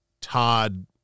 Todd